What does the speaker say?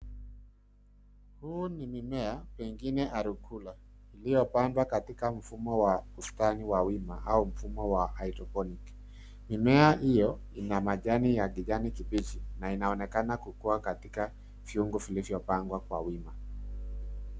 Huu ni mimea pengine arugula iliyopandwa katika mfumo wa bustani wa wima au mfumo wa hydroponic . Mimea hiyo ina majani ya kijani kibichi na inaonekana kukua katika viungo vilivyopangwa kwa wima.